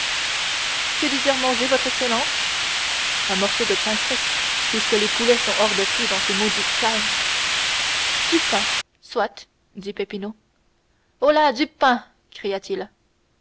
que désire manger votre excellence un morceau de pain sec puisque les poulets sont hors de prix dans ces maudites caves du pain soit dit peppino holà du pain cria-t-il